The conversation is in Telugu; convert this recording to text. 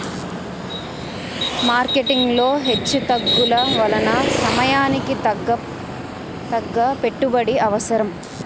మార్కెటింగ్ లో హెచ్చుతగ్గుల వలన సమయానికి తగ్గ పెట్టుబడి అవసరం